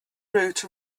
route